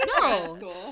No